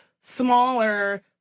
smaller